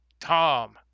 Tom